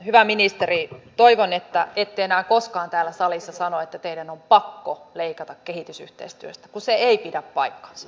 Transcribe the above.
hyvä ministeri toivon että ette enää koskaan täällä salissa sano että teidän on pakko leikata kehitysyhteistyöstä kun se ei pidä paikkaansa